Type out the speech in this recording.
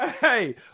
Hey